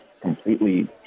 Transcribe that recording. completely